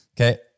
Okay